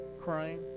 Crying